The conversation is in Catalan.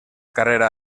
carrera